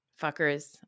fuckers